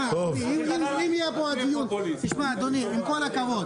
עם כל הכבוד,